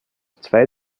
zwei